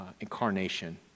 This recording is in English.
Incarnation